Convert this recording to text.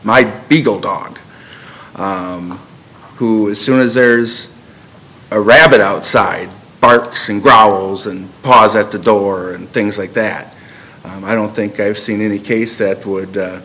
my beagle dog who is soon as there's a rabbit outside barks and growls and posit the door and things like that i don't think i've seen any case that would